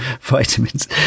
Vitamins